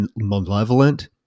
malevolent